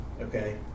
Okay